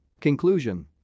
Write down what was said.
Conclusion